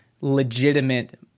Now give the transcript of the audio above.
legitimate